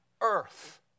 earth